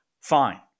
fine